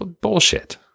bullshit